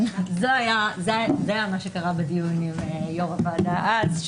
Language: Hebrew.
זה מה שקרה בדיונים עם יושב-ראש הוועדה אז,